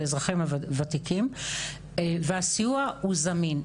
לאזרחים הוותיקים והסיוע הוא זמין.